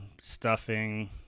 stuffing